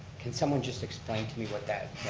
can someone just explain to me what that,